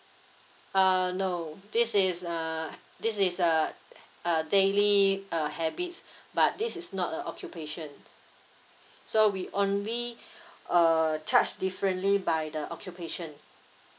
uh no this is uh this is uh uh daily uh habits but this is not a occupation so we only uh charge differently by the occupation